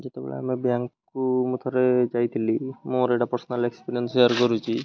ଯେତେବେଳେ ଆମେ ବ୍ୟାଙ୍କକୁ ମୁଁ ଥରେ ଯାଇଥିଲି ମୋର ଏଇଟା ପର୍ସନାଲ୍ ଏକ୍ସପିରିଏନ୍ସ ସେୟାର୍ କରୁଛି